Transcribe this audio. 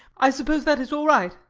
i suppose that is all right?